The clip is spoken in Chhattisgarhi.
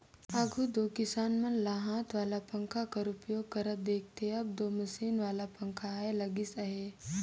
आघु दो किसान मन ल हाथ वाला पंखा कर उपयोग करत देखथे, अब दो मसीन वाला पखा आए लगिस अहे